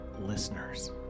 Listeners